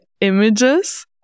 images